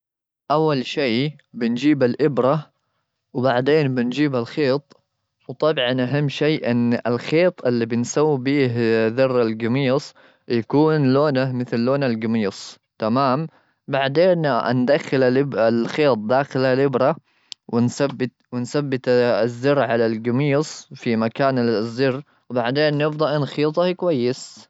أول شيء بنجيب الإبرة، وبعدين بنجيب الخيط، وطبعا أهم شي أن الخيط اللي بنسوي به ذر الجميص يكون لونه مثل لون القميص، تمام؟ بعدين أندخل الإبر-الخيط داخل الإبرة، ونثبت-ونثبت الزر على الجميص في مكان الزر، وبعدين نبدأ نخيطه كويس.